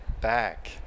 back